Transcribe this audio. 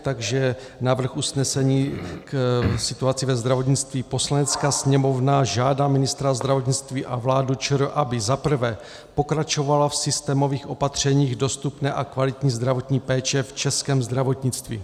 Takže návrh usnesení k situaci ve zdravotnictví: Poslanecká sněmovna žádá ministra zdravotnictví a vládu ČR, aby za prvé pokračovala v systémových opatřeních dostupné a kvalitní zdravotní péče v českém zdravotnictví.